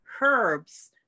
herbs